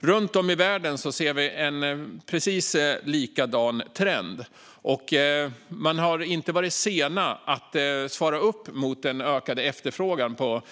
Runt om i världen ser vi en precis likadan trend. Och man har inte varit sen med att svara upp mot den ökade efterfrågan på